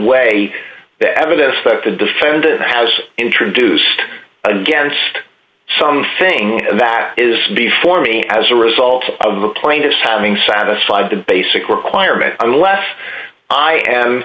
weigh the evidence that the defendant has introduced against something that is before me as a result of the plaintiff's having satisfied the basic requirement unless i am